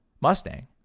Mustang